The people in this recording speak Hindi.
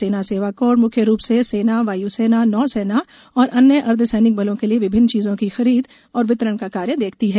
सेना सेवा कोर मुख्य रूप से सेना वायुसेना नौ सेना और अन्य अर्ध सैनिक बलों के लिए विभिन्न चीजों की खरीद और वितरण का कार्य देखती है